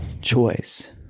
choice